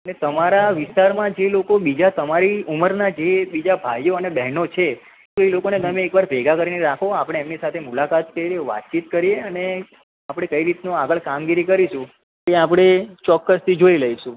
ને તમારા વિસ્તારમાં જે લોકો બીજા તમારી ઉંમરના જે બીજા ભાઈઓ અને બહેનો છે એ લોકોને તમે એક વાર ભેગા કરીને રાખો આપણે એમની સાથે મુલાકાત કરીએ વાતચીત કરીએ અને આપણે કઈ રીતનું આગળ કામગીરી કરીશું એ આપણે ચોક્કસથી જોઈ લઈશું